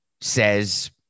says